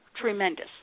tremendous